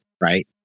right